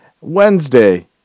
Wednesday